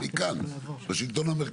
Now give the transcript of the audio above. מי שמקים את החדר,